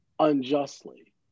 unjustly